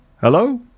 hello